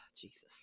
Jesus